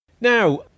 Now